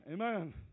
Amen